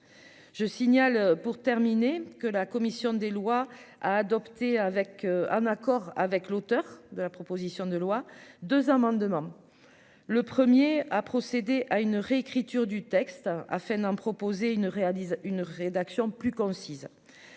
je signale pour terminer que la commission des lois a adopté avec un accord avec l'auteur de la proposition de loi 2 amendements, le 1er à procéder à une réécriture du texte afin d'en proposer une réalise une rédaction plus concise,